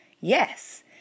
yes